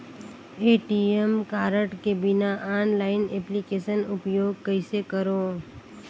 ATM card के बिना online application उपयोग कइसे करो?